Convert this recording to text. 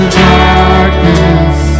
darkness